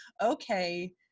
okay